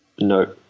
No